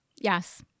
Yes